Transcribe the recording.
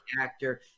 Actor